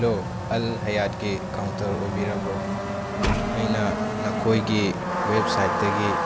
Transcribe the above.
hello ꯑꯜ ꯍꯌꯥꯠꯀꯤ counter ꯑꯣꯏꯕꯤꯔꯕ꯭ꯔꯣ ꯑꯩꯅ ꯅꯈꯣꯏꯒꯤ ꯋꯦꯕ ꯁꯥꯏꯠꯇꯒꯤ